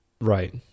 Right